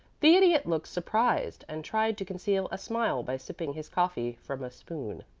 the idiot looked surprised, and tried to conceal a smile by sipping his coffee from a spoon.